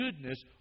goodness